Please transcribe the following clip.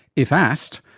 if asked,